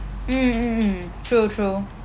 mm mm mm true true